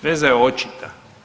Veza je očita.